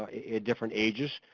at different ages.